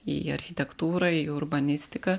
į architektūrą į urbanistiką